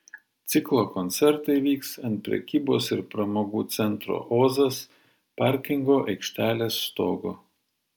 ciklo koncertai vyks ant prekybos ir pramogų centro ozas parkingo aikštelės stogo